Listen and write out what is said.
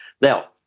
Now